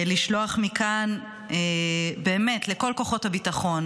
אני שולחת מכאן לכל כוחות הביטחון,